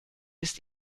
ist